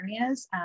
areas